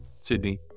Sydney